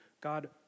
God